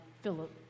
Philip